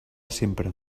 sempre